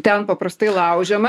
ten paprastai laužiama